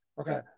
Okay